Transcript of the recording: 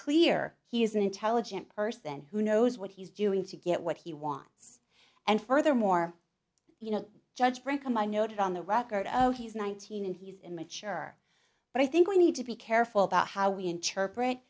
clear he is an intelligent person who knows what he's doing to get what he wants and furthermore you know judge brinkema noted on the record of he's nineteen and he's mature but i think we need to be careful about how we interpret